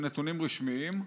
נתונים רשמיים.